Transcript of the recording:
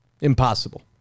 Impossible